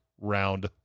round